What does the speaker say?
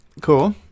cool